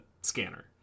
scanner